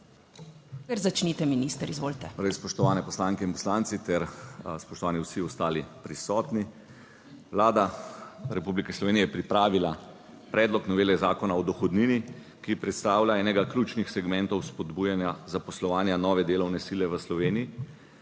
(minister za finance):** Spoštovane poslanke in poslanci ter spoštovani vsi ostali prisotni! Vlada Republike Slovenije je pripravila predlog novele Zakona o dohodnini, ki predstavlja enega ključnih segmentov spodbujanja zaposlovanja nove delovne sile v Sloveniji,